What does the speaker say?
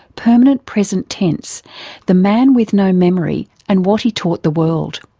permanent present tense the man with no memory, and what he taught the world.